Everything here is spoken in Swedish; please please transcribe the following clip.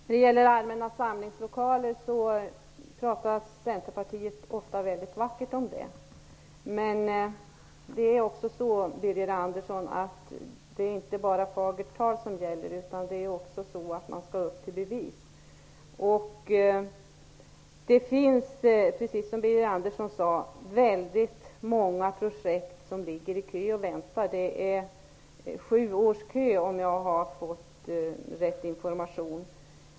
Centerpartiet talar ofta mycket vackert om allmänna samlingslokaler. Men, Birger Andersson, det är inte bara fagert tal som gäller, man skall också upp till bevis. Det finns, precis som Birger Andersson sade, många projekt som ligger i kö och väntar. Det är sju års kö om jag har fått rätt information.